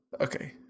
Okay